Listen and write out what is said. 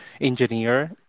engineer